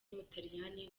w’umutaliyani